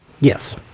Yes